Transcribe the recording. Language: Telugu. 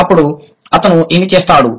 అప్పుడు అతను ఏమి చేస్తాడు